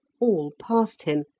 all passed him,